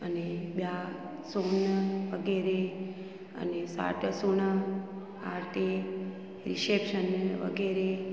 अने ॿिया सोन वग़ैरह अने साठ सुण पाटी रिशैप्शन वग़ैरह